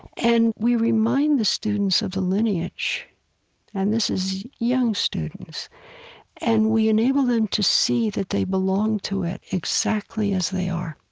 and we remind the students of the lineage and this is young students and we enable them to see that they belong to it exactly as they are,